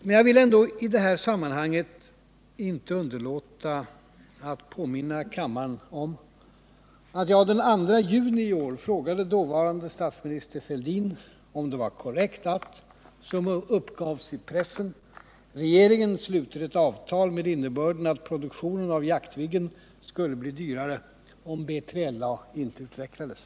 Men jag vill ändå i det här sammanhanget inte underlåta att påminna nader kammaren om att jag den 2 juni i år frågade dåvarande statsministern Fälldin om det var korrekt att, som uppgavs i pressen, regeringen slutit avtal med innebörden att produktionen av Jaktviggen skulle bli dyrare om B3LA inte utvecklades.